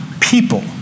people